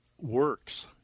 works